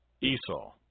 Esau